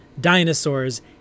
dinosaurs